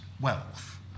wealth